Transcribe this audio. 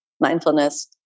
mindfulness